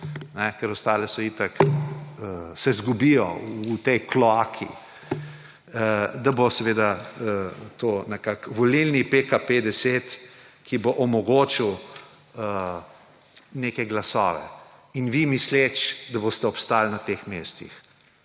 ker ostale so itak, se izgubijo v tej kloaki, da bo seveda to nekako volilni PKP-10, ki bo omogočil neke glasove in vi, misleč, da boste obstal na teh mestih.